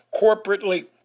corporately